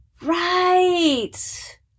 Right